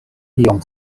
iom